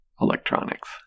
electronics